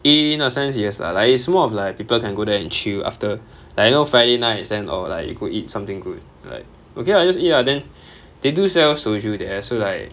in a sense yes lah like it's more of like people can go there and chill after like you know friday nights then oh like you go eat something good like okay lah just eat lah then they do sell soju there so like